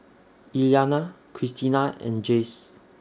Iyana Kristina and Jase